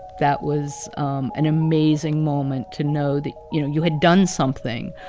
that was um an amazing moment, to know that, you know, you had done something,